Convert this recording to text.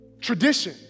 Tradition